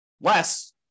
Less